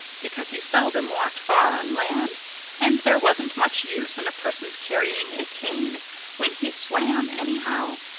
because he seldom walked far on land and there wasn't much use in a person's carrying a cane when he swam, anyhow.